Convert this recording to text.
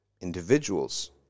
individuals